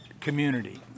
community